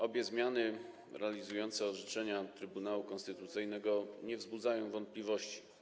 Obie zmiany realizujące orzeczenia Trybunału Konstytucyjnego nie wzbudzają wątpliwości.